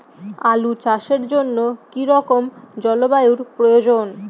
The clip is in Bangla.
আলু চাষের জন্য কি রকম জলবায়ুর প্রয়োজন?